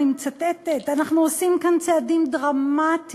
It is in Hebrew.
אני מצטטת: אנחנו עושים כאן צעדים דרמטיים,